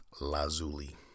Lazuli